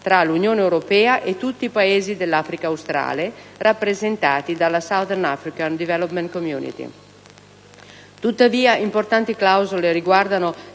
tra l'Unione europea e tutti i Paesi dell'Africa australe rappresentati dalla *Southern African Development Community*. Tuttavia, importanti clausole riguardano